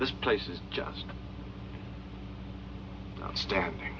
this place is just outstanding